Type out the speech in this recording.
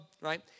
Right